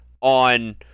on